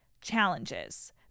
challenges